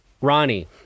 Ronnie